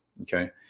okay